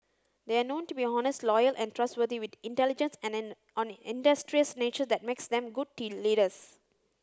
they are known to be honest loyal and trustworthy with intelligence and an industrious nature that makes them good leaders